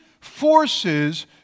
forces